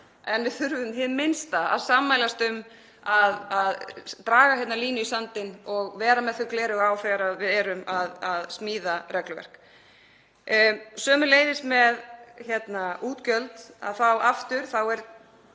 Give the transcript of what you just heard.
en við þurfum hið minnsta að sammælast um að draga hér línu í sandinn og vera með þau gleraugu á þegar við erum að smíða regluverk. Sömuleiðis með útgjöld, þá aftur er